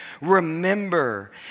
remember